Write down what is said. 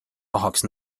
tahaks